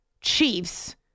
Chiefs